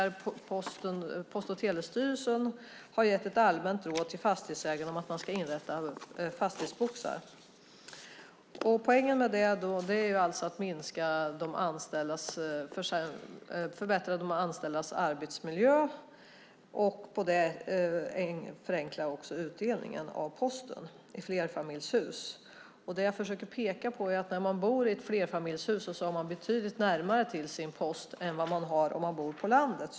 Post och telestyrelsen har gett ett allmänt råd till fastighetsägare att inrätta fastighetsboxar. Poängen med det är att förbättra de anställdas arbetsmiljö och att förenkla utdelningen av posten i flerfamiljshus. Det jag försöker peka på är att när man bor i ett flerfamiljshus har man betydligt närmare till sin post än vad man har om man bor på landet.